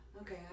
okay